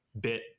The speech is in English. bit